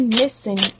missing